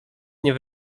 nie